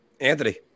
Anthony